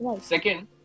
second